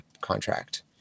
contract